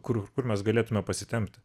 kur kur mes galėtume pasitempti